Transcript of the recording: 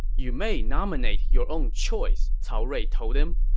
you may nominate your own choice, cao rui told him.